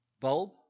bulb